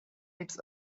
its